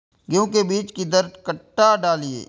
गेंहू के बीज कि दर कट्ठा डालिए?